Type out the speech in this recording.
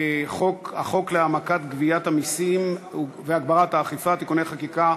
הצעת חוק להעמקת גביית המסים והגברת האכיפה (תיקוני חקיקה)